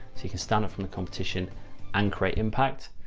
so you can stand out from the competition and create impact.